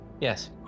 Yes